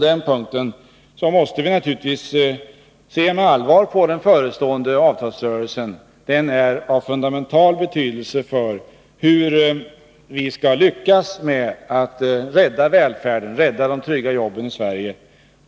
Vi måste naturligtvis se med allvar på den förestående lönerörelsen; den är av fundamental betydelse för hur vi skall lyckas rädda välfärden och trygga jobben i Sverige.